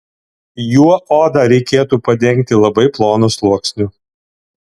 juo odą reikėtų padengti labai plonu sluoksniu